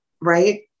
right